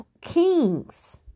kings